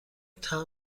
مبر